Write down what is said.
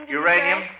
uranium